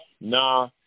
Nah